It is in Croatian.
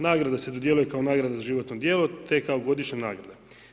Nagrada se dodjeljuje kao nagrada za životno djelo te kao godišnja nagrada.